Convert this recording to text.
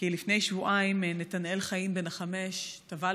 כי לפני שבועיים נתנאל חיים בן החמש טבע,